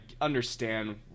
understand